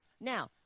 Now